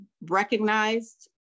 recognized